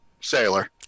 sailor